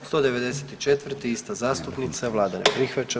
195. ista zastupnica, vlada ne prihvaća.